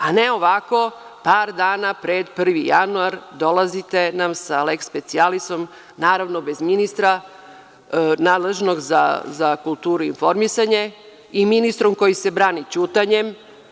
A, ne ovako, par dana pred 1. januar dolazite nam sa leks specijalisom, naravno, bez ministra, nadležnog sa kulturu i informisanje i ministrom koji se brani ćutanjem.